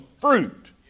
fruit